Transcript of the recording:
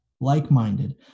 like-minded